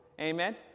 Amen